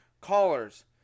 Callers